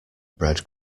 bread